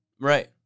right